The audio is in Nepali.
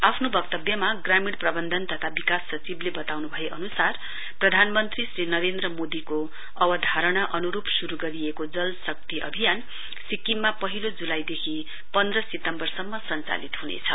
आफ्नो वक्तव्यमा ग्रामीण प्रबन्धन तथा विकास सचिवले बताउनु भए अनुसार प्रधानमन्त्री श्री नरेन्द्र मोदीको अवधारणा अनुरूप शुरू गरिएको जल शक्ति अभियान सिक्किममा पहिलो जुलाईदेखि पन्ध्र सितम्बरसम्म सञ्चालित हुनेछ